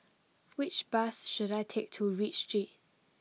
which bus should I take to Read Street